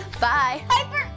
bye